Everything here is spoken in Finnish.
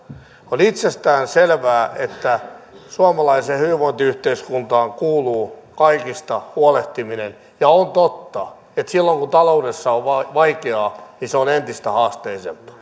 on itsestään selvää että suomalaiseen hyvinvointiyhteiskuntaan kuuluu kaikista huolehtiminen ja on totta että silloin kun taloudessa on vaikeaa se on entistä haasteellisempaa mutta